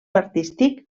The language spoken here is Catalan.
artístic